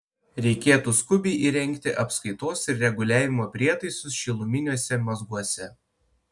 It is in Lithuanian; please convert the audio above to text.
reikėtų skubiai įrengti apskaitos ir reguliavimo prietaisus šiluminiuose mazguose